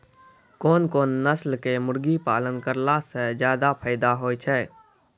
कोन कोन नस्ल के मुर्गी पालन करला से ज्यादा फायदा होय छै?